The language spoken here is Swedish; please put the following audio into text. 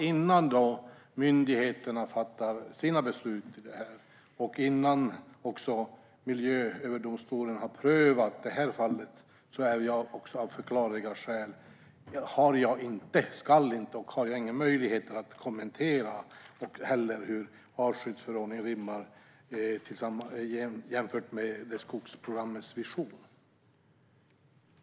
Innan myndigheterna fattar sina beslut och innan Miljööverdomstolen har prövat detta fall ska jag inte kommentera och har inga möjligheter att kommentera hur artskyddsförordningen stämmer med skogsprogrammets vision.